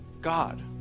God